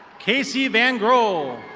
casey van groll.